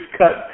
cut